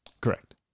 Correct